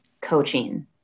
coaching